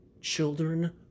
children